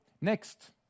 next